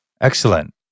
Excellent